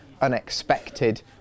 unexpected